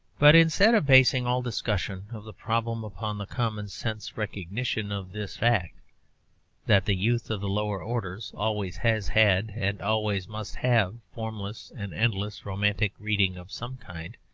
but instead of basing all discussion of the problem upon the common-sense recognition of this fact that the youth of the lower orders always has had and always must have formless and endless romantic reading of some kind,